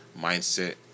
mindset